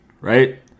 right